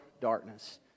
darkness